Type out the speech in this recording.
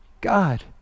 God